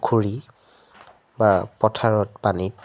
পুখুৰী বা পথাৰত পানীত